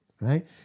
right